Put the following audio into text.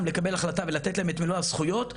לקבל החלטה ולתת להן את מלא הזכויות,